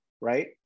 Right